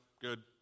good